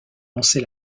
lancer